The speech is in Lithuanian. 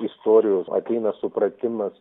istorijų ateina supratimas